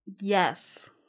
yes